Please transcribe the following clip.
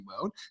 world